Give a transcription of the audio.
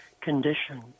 condition